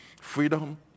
Freedom